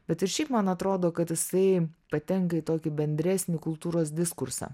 bet ir šiaip man atrodo kad jisai patenka į tokį bendresnį kultūros diskursą